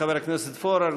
חבר הכנסת פורר,